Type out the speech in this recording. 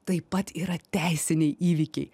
taip pat yra teisiniai įvykiai